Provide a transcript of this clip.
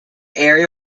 area